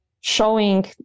showing